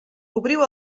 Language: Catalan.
obriu